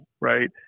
right